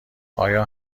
آیا